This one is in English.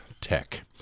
tech